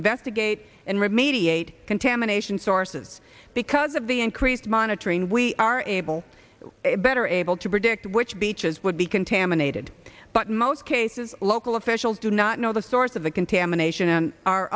investigate and remain contamination sources because of the increased monitoring we are able better able to predict which beaches would be contaminated but most cases local officials do not know the source of the contamination a